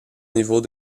niveaux